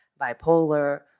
bipolar